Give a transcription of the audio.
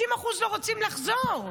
60% לא רוצים לחזור.